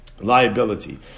liability